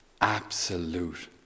absolute